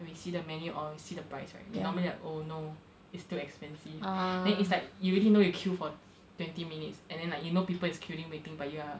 when we see the menu or we see the price right we normally like oh no it's too expensive then it's like you already know you queue for twenty minutes and then like you know people is queueing waiting but you are